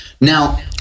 Now